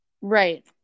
Right